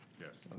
Yes